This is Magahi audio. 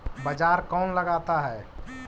बाजार कौन लगाता है?